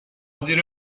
زیر